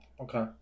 okay